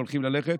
והולכים ללכת?